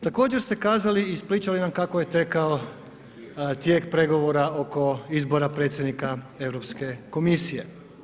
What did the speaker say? Također ste kazali i ispričali nam kako je tekao tijek pregovora oko izbora predsjednika Europske komisije.